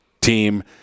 team